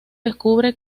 descubre